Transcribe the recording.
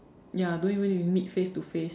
ya don't even need to meet face to face